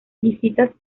visitas